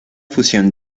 fusión